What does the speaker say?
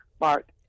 Mark